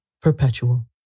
perpetual